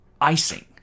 icing